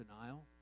denial